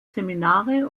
seminare